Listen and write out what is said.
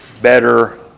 better